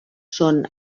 són